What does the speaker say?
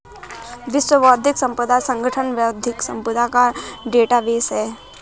विश्व बौद्धिक संपदा संगठन बौद्धिक संपदा का डेटाबेस है